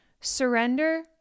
surrender